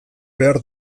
behar